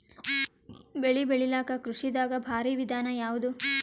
ಬೆಳೆ ಬೆಳಿಲಾಕ ಕೃಷಿ ದಾಗ ಭಾರಿ ವಿಧಾನ ಯಾವುದು?